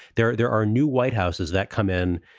there there are new white houses that come in.